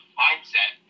mindset